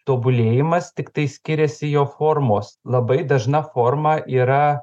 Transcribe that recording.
tobulėjimas tiktai skiriasi jo formos labai dažna forma yra